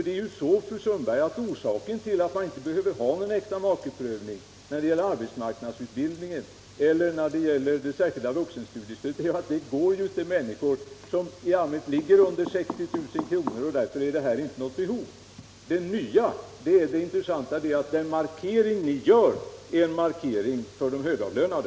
Det är ju så, fru Sundberg, att orsaken till att man inte behöver ha någon äktamakeprövning när det gäller arbetsmarknadsutbildningen eller det särskilda vuxenstudiestödet är att stödet går till människor som i allmänhet ligger under 60 000 kr. i inkomst. Det nya och intressanta är att den markering ni gör är en markering för de högavlönade.